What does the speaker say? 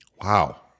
Wow